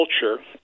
culture